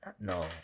no